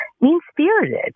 mean-spirited